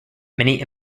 many